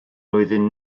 mlwyddyn